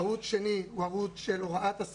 ערוץ שני הוא הוראת השפות,